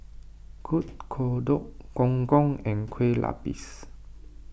Kuih Kodok Gong Gong and Kue Lupis